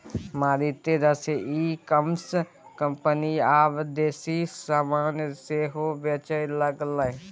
मारिते रास e commerce company आब देसी समान सेहो बेचय लागलै